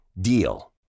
DEAL